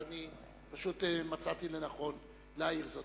פשוט מצאתי לנכון להעיר זאת.